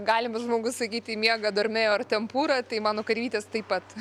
galima žmogus sakyti miega dormeo ar tempura tai mano karvytės taip pat